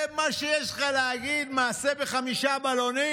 זה מה שיש לך להגיד, מעשה בחמישה בלונים,